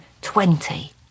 twenty